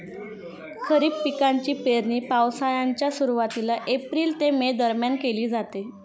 खरीप पिकांची पेरणी पावसाळ्याच्या सुरुवातीला एप्रिल ते मे दरम्यान केली जाते